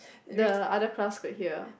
the other class could hear